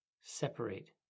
separate